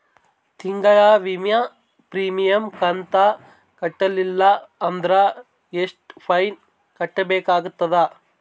ತಿಂಗಳ ವಿಮಾ ಪ್ರೀಮಿಯಂ ಕಂತ ಕಟ್ಟಲಿಲ್ಲ ಅಂದ್ರ ಎಷ್ಟ ಫೈನ ಕಟ್ಟಬೇಕಾಗತದ?